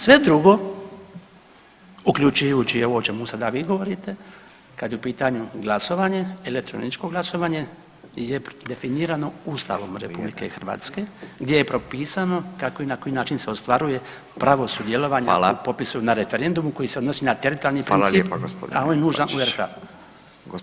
Sve drugo, uključujući i ovo o čemu sada vi govorite, kad je u pitanju glasovanje, elektroničko glasovanje je definirano Ustavom RH gdje je propisano kako i na koji način se ostvaruje pravo sudjelovanja [[Upadica: Hvala.]] u popisu na referendumu koji se odnosi na teritorijalni princip [[Upadica: Hvala lijepo gospodine.]] a on je nužan u RH.